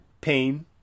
pain